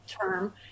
term